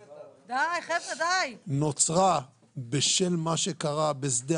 פוסט-טראומה שנוצרה בשל מה שקרה בשדה